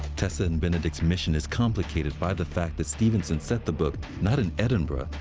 tessa and benedict's mission is complicated by the fact that stevenson set the book not in edinburgh,